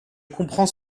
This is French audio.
comprends